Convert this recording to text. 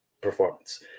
performance